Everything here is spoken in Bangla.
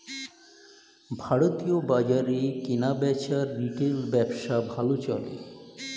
ভারতীয় বাজারে কেনাবেচার রিটেল ব্যবসা ভালো চলে